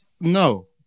No